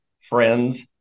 friends